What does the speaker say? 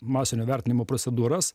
masinio vertinimo procedūras